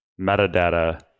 metadata